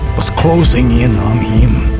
was closing in on him,